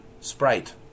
sprite